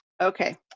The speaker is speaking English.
Okay